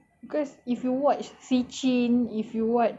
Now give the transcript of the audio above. because if you watch siccin if you watch